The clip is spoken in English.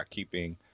Keeping